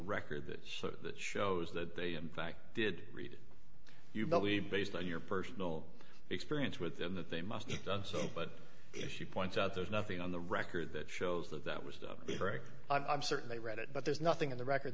record that sort of that shows that they in fact did read it you believe based on your personal experience with them that they must've done so but if you point out there's nothing on the record that shows that that was a very i'm certain they read it but there's nothing in the record